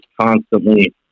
constantly